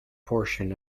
portion